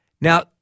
Now